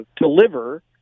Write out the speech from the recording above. deliver